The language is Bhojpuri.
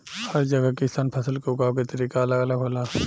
हर जगह के किसान के फसल उगावे के तरीका अलग अलग होला